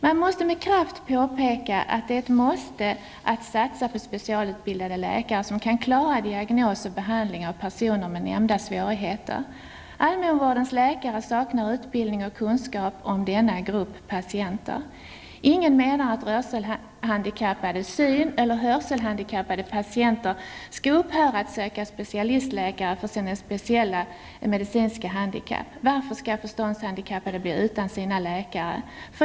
Det skall med kraft påpekas att det är ett måste att satsa på specialutbildade läkare som kan klara diagnos och behandling av personer med nämnda svårigheter. Allmänvårdens läkare saknar utbildning och kunskap om denna grupp patienter. Ingen menar att rörelsehandikappade, syn eller hörselhandikappade patienter skall upphöra att söka specialistläkare för sina speciella medicinska handikapp. Varför skall förståndshandikappade bli utan sina läkare?